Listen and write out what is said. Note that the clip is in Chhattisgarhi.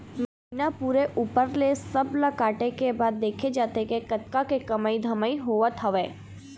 महिना पूरे ऊपर ले सब ला काटे के बाद देखे जाथे के कतका के कमई धमई होवत हवय